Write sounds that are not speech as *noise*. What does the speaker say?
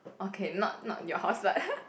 okay not not your house but *laughs*